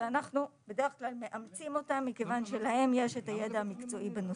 אנחנו בדרך כלל מאמצים אותן מכיוון שלהם יש הידע המקצועי בנושא.